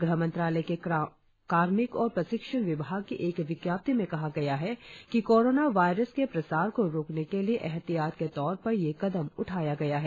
ग़हमंत्रालय के कार्मिक और प्रशिक्षण विभाग की एक विज्ञप्ति में कहा गया है कि कोरोना वायरस के प्रसार को रोकने के लिए एहतियात के तौर पर यह कदम उठाया गया है